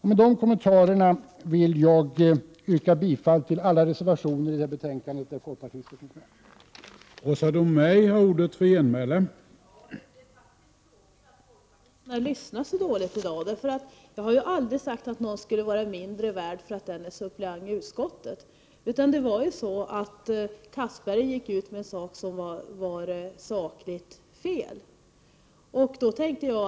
Med de kommentarerna vill jag yrka bifall till alla de reservationer till detta betänkande som folkpartiet har varit med om att avge.